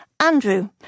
Andrew